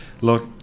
Look